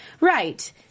Right